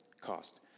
Cost